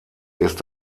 ist